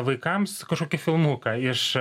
vaikams kažkokį filmuką iš